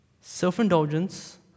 Self-indulgence